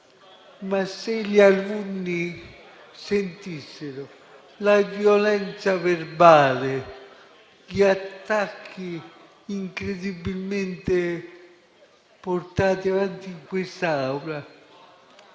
se gli alunni sentissero la violenza verbale e gli attacchi incredibilmente portati avanti in quest'Aula,